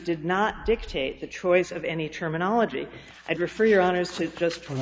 did not dictate the choice of any terminology i'd refer you on as his just